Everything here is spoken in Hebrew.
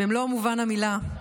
במלוא מובן המילה",